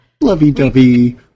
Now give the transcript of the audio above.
Lovey-dovey